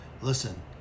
Listen